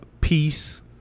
peace